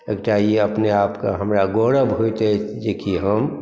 एकटा ई अपने आपके हमरा गौरव होइत अछि जे कि हम